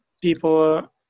people